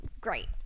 Great